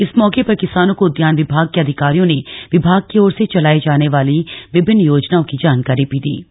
इस मौके पर किसानों को उद्यान विभाग के अधिकारियों ने विभाग की ओर से चलाए जाने वाली विभिन्न योजनाओं की जानकारी भी दी गई